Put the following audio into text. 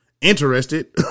interested